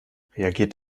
reagiert